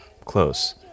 Close